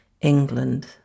England